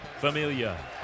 Familia